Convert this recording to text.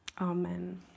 Amen